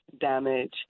damage